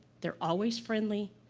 they're always friendly.